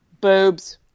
Boobs